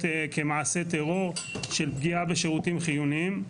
כמעשה טרור של פגיעה בשירותים חיוניים.